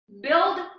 build